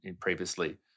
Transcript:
previously